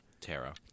Tara